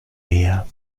mehr